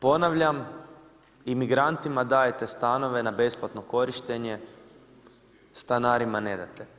Ponavljam imigrantima dajete stanove na besplatno korištenje, stanarima ne date.